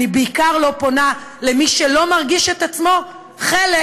אני בעיקר לא פונה למי שלא מרגיש את עצמו חלק